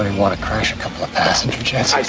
want to crash a couple of passenger jets?